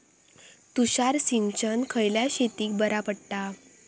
तुषार सिंचन खयल्या शेतीक बरा पडता?